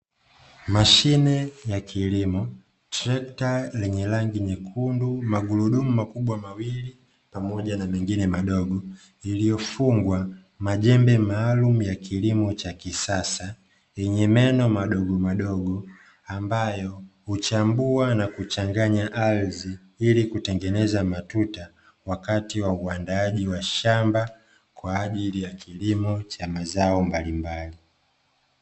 Mashine ya kilimo, trekta lenye rangi nyekundu, magurudumu makubwa mawili, pamoja na mengine madogo, iliyofungwa majembe maalumu ya kilimo cha kisasa, yenye meno madogomadogo ambayo huchambua na kuchanganya ardhi ili kutengeneza matuta wakati wa uandaaji wa shamba kwa ajili ya kilimo cha mazao mbalimbali.